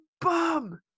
bum